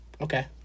Okay